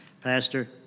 Pastor